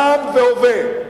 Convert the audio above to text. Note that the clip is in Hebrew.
קם והווה.